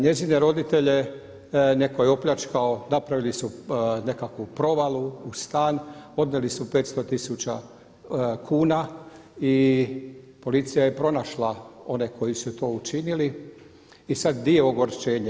Njezine roditelje netko je opljačkao, napravili su nekakvu provalu u stan, odnijeli su 500 tisuća kuna i policija je pronašla one koji su to učinili i sad di je ogorčenje?